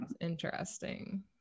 Interesting